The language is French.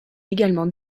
également